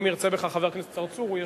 אם ירצה בכך חבר הכנסת צרצור הוא ישיב,